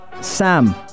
Sam